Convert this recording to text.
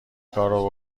کارو